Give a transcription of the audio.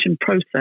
process